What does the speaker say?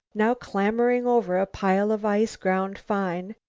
now clambering over a pile of ice ground fine,